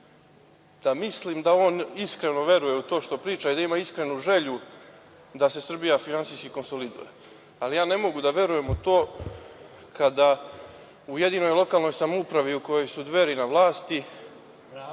Obradović da on iskreno veruje u to što priča i da ima iskrenu želju da se Srbija finansijski konsoliduje. Ali, ne mogu da verujem u to kada u jedinoj lokalnoj samoupravi u kojoj su Dveri na vlasti,